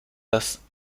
dass